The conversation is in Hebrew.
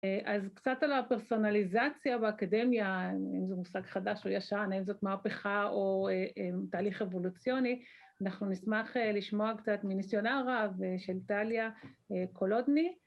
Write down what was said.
אז קצת על הפרסונליזציה באקדמיה, האם זה מושג חדש או ישן, האם זאת מהפכה או תהליך אבולוציוני, אנחנו נשמח לשמוע קצת מניסיונה רב של טליה קולודני.